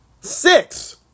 Six